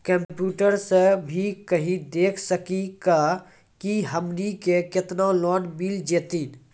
Computer सा भी कही देख सकी का की हमनी के केतना लोन मिल जैतिन?